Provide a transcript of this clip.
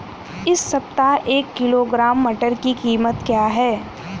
इस सप्ताह एक किलोग्राम मटर की कीमत क्या है?